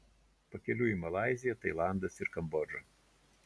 pakeliui malaizija tailandas ir kambodža